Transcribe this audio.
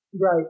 Right